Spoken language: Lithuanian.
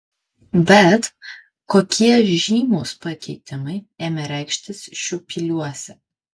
bet kokie žymūs pakitimai ėmė reikštis šiupyliuose